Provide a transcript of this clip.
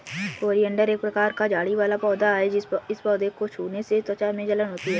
oleander एक प्रकार का झाड़ी वाला पौधा है इस पौधे को छूने से त्वचा में जलन होती है